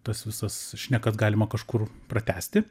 tos visos šnekas galima kažkur pratęsti